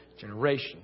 generation